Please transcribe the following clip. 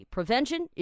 ，Prevention